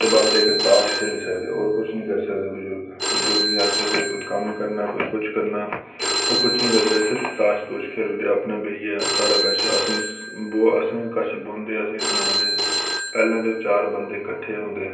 बस इक्क ताश खेल्ली सकदे होर किश निं करी सकदे बजुर्ग बजुर्गें गी आक्खै कोई कम्म करना कोई किश करना ओह् किश निं करी सकदे सिर्फ ताश खेल्लदे अपने बेहियै साढ़े कश बौहंदे असेंगी सनांदे पैह्लें ते चार बंदे किट्ठे होंदे